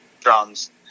drums